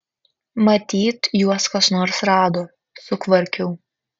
matyt juos kas nors rado sukvarkiau